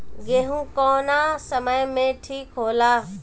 गेहू कौना समय मे ठिक होला?